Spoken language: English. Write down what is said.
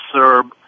Serb